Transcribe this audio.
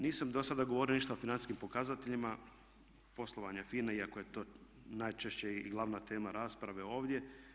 Nisam dosada govorio ništa o financijskim pokazateljima poslovanja FINA-e iako je to najčešće i glavna tema rasprave ovdje.